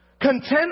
content